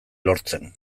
lortzen